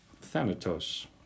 thanatos